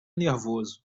nervoso